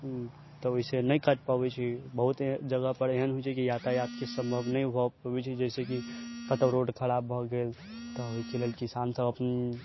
तऽ ओइसँ नहि कटि पबै छी बहुते जगहपर एहन होइ छै कि यातायातके सम्भव नहि भऽ पबै छै जाहिसँ कि कतौ रोड खराब भऽ गेल तऽ ओइके लेल किसान सब अपन